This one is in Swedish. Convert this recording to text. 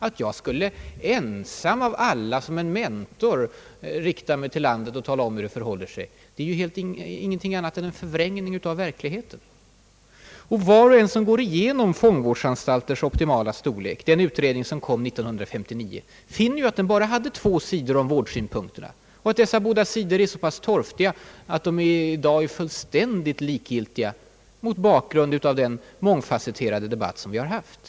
Att jag ensam av alla skulle som en mentor rikta mig till landet och tala om hur det förhåller sig är ingenting annat än en förvrängning av verkligheten. Och dessutom: var och en som går igenom Fångvårdsanstalters optimala storlek — den utredning som kom år 1959 — finner att den bara hade två sidor om vårdsynpunkterna och att dessa båda sidor är så pass torftiga att de i dag är fullständigt likgiltiga mot bakgrund av den mångfasetterade debatt som vi har haft.